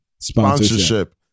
Sponsorship